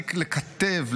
להפסיק לקטב,